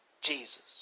Jesus